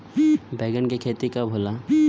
बैंगन के खेती कब होला?